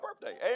birthday